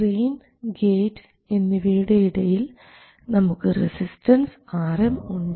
drain gate എന്നിവയുടെ ഇടയിൽ നമുക്ക് റസിസ്റ്റൻസ് Rm ഉണ്ട്